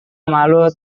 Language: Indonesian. malu